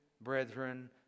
brethren